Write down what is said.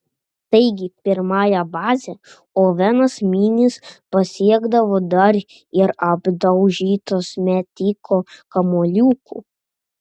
taigi pirmąją bazę ovenas minis pasiekdavo dar ir apdaužytas metiko kamuoliukų